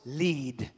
lead